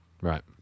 right